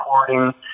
recording